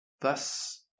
Thus